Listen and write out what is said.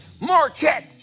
Marquette